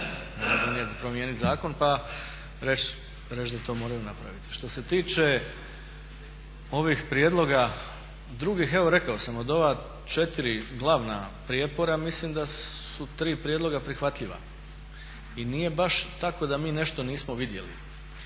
Može promijeniti zakon pa reći da to moraju napraviti. Što se tiče ovih prijedloga drugih evo rekao sam, od ova četiri glavna prijepora mislim da su tri prijedloga prihvatljiva i nije baš tako da mi nešto nismo vidjeli.